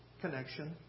connection